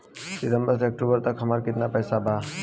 सितंबर से अक्टूबर तक हमार कितना पैसा बा?